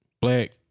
black